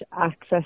access